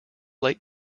late